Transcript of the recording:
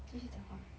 继续讲话